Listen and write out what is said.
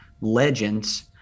legends